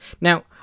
Now